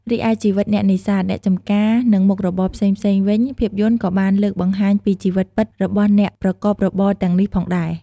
រីឯជីវិតអ្នកនេសាទ អ្នកចម្ការ និងមុខរបរផ្សេងៗវិញភាពយន្តក៏បានលើកបង្ហាញពីជីវិតពិតរបស់អ្នកប្រកបរបរទាំងនេះផងដែរ ។